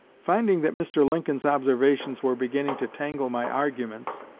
finding that mr. lincoln's observations were beginning to tangle my arguments,